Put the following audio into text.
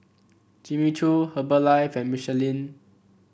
Jimmy Choo Herbalife and Michelin